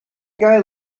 guy